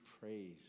praise